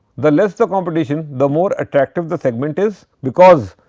the less the competition the more attractive the segment is because